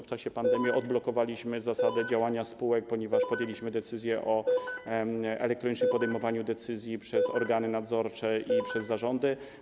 W czasie pandemii odblokowaliśmy zasadę działania spółek, ponieważ zdecydowaliśmy o elektronicznym podejmowaniu decyzji przez organy nadzorcze i przez zarządy.